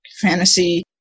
fantasy